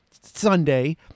Sunday